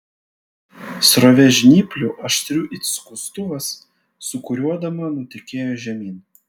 srovė žnyplių aštrių it skustuvas sūkuriuodama nutekėjo žemyn